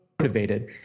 motivated